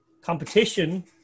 competition